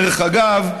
דרך אגב,